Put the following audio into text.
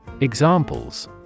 Examples